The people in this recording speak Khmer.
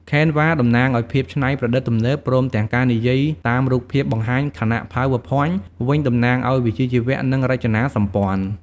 Canva តំណាងឱ្យភាពច្នៃប្រឌិតទំនើប ព្រមទាំងការនិយាយតាមរូបភាពបង្ហាញ ខណៈ PowerPoint វិញ តំណាងឱ្យវិជ្ជាជីវៈ និងរចនាសម្ព័ន្ធ។